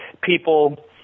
people